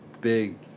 big